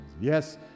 Yes